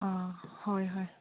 ꯑꯥ ꯍꯣꯏ ꯍꯣꯏ